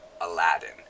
Aladdin